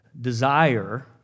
desire